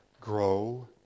grow